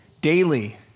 Daily